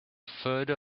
further